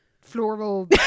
floral